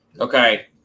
Okay